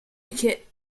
advocate